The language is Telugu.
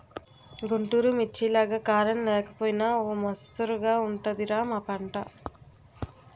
గుంటూరు మిర్చిలాగా కారం లేకపోయినా ఓ మొస్తరుగా ఉంటది రా మా పంట